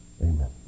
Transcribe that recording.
Amen